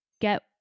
get